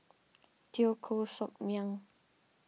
Teo Koh Sock Miang